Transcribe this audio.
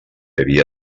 havia